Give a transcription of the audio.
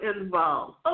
involved